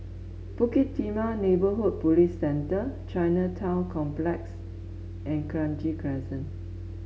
Bukit Timah Neighbourhood Police Centre Chinatown Complex and Kranji Crescent